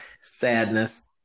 sadness